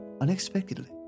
unexpectedly